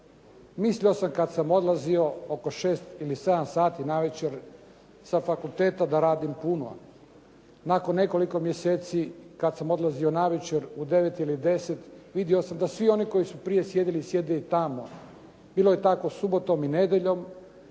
Mislio sam kad sam odlazio oko 6 ili 7 sati navečer sa fakulteta da radim puno. Nakon nekoliko mjeseci kad sam odlazio na večer u 9 ili 10 vidio sam da svi oni koji su prije sjedili sjede i tamo. Bilo je tako subotom i nedjeljom